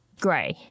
Grey